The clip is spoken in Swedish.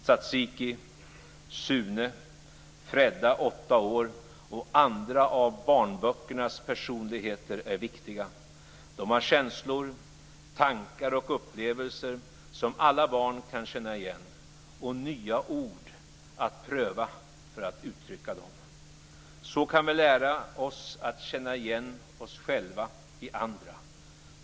Tsatsiki, Sune, Fredda 8 år och andra av barnböckernas personligheter är viktiga. De har känslor, tankar och upplevelser som alla barn kan känna igen - och nya ord att pröva för att uttrycka dem. Så kan vi lära oss att känna igen oss själva i andra.